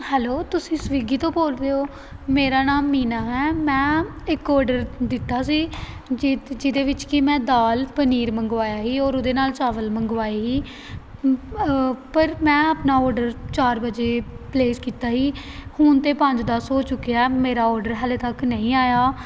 hello ਤੁਸੀਂ Swiggy ਤੋਂ ਬੋਲ ਰਹੇ ਹੋ ਮੇਰਾ ਨਾਮ ਮੀਨਾ ਹੈ ਮੈਂ ਇੱਕ ਔਡਰ ਦਿੱਤਾ ਸੀ ਜਿਹ ਜਿਹਦੇ ਵਿੱਚ ਕਿ ਮੈਂ ਦਾਲ ਪਨੀਰ ਮੰਗਵਾਇਆ ਸੀ ਔਰ ਉਹਦੇ ਨਾਲ ਚਾਵਲ ਮੰਗਵਾਏ ਸੀ ਪਰ ਮੈਂ ਆਪਣਾ ਔਡਰ ਚਾਰ ਵਜੇ ਪਲੇਸ ਕੀਤਾ ਸੀ ਹੁਣ ਅਤੇ ਪੰਜ ਦਸ ਹੋ ਚੁੱਕਿਆ ਮੇਰਾ ਔਡਰ ਹਜੇ ਤੱਕ ਨਹੀਂ ਆਇਆ